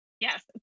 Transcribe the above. Yes